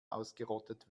ausgerottet